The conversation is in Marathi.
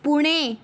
पुणे